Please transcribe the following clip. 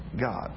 God